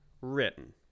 written